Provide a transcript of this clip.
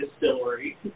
Distillery